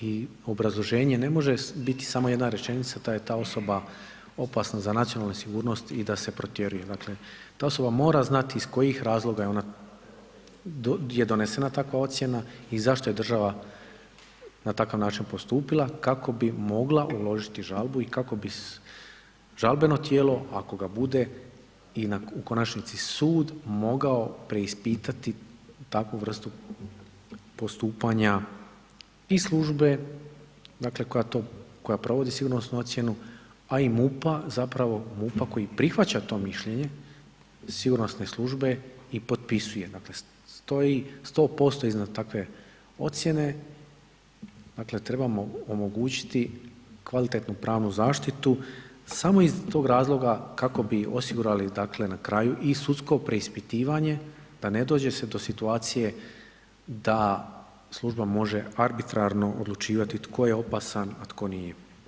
I obrazloženje ne može biti samo jedna rečenica da je ta osoba opasna za nacionalnu sigurnost i da se protjeruje, dakle ta osoba mora znati iz kojih razloga je ona je donesena takva ocjena i zašto je država na takav način postupila kako bi mogla uložiti žalbu i kako bi žalbeno tijelo ako ga bude u konačnici su mogao preispitati takvu vrstu postupanja i službe koja provodi sigurnosnu ocjenu, a i MUP-a koji prihvaća to mišljenje sigurnosne službe i potpisuje, dakle stoji 100% iznad takve ocjene dakle trebamo omogućiti kvalitetnu pravnu zaštitu samo iz tog razloga kako bi osigurali na kraju i sudsko preispitivanje da ne dođe do situacije da služba može arbitrarno odlučivati tko je opasan, a tko nije.